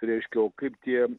reiškia o kaip tie